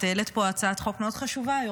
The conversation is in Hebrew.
את העלית פה הצעת חוק מאוד חשובה היום.